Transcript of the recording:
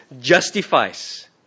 justifies